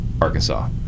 Arkansas